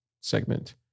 segment